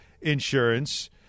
Insurance